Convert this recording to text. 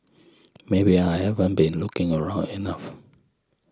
maybe I haven't been looking around enough